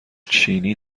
چینی